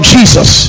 Jesus